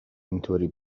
اینطوری